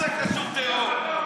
מה זה קשור, טרור?